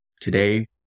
today